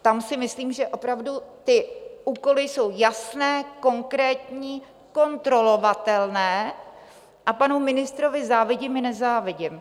Tam si myslím, že opravdu ty úkoly jsou jasné, konkrétní, kontrolovatelné a panu ministrovi závidím i nezávidím.